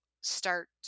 start